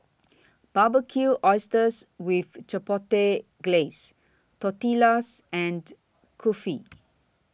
Barbecued Oysters with Chipotle Glaze Tortillas and Kulfi